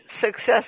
success